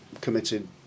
committed